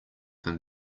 from